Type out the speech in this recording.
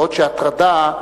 בעוד שהטרדה,